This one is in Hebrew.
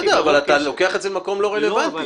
בסדר, אבל אתה לוקח את זה למקום לא רלוונטי.